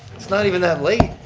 it's not even that late.